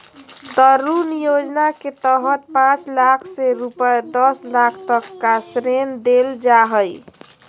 तरुण योजना के तहत पांच लाख से रूपये दस लाख तक का ऋण देल जा हइ